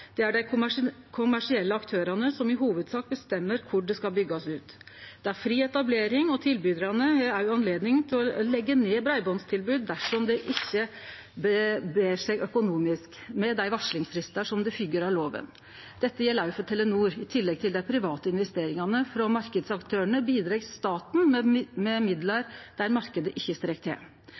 Det er dei kommersielle aktørane som i hovudsak bestemmer kor det skal byggjast ut. Det er fri etablering, og tilbydarane har òg anledning til å leggje ned breibandstilbod dersom det ikkje ber seg økonomisk, med dei varslingsfristar som følgjer av loven. Dette gjeld òg for Telenor. I tillegg til dei private investeringane frå marknadsaktørane bidreg staten med midlar der marknaden ikkje strekkjer til.